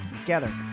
together